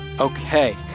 Okay